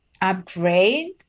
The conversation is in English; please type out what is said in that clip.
upgrade